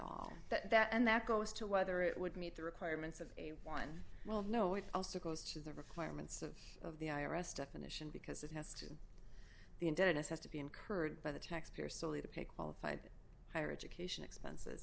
all that and that goes to whether it would meet the requirements of a one well no it also goes to the requirements of of the i r s definition because it has to the indebtedness has to be incurred by the taxpayer solely to pay qualified higher education expenses